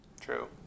True